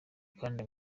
kandi